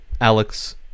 Alex